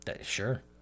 Sure